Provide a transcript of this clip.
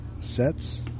sets